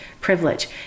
privilege